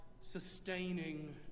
sustaining